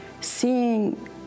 seeing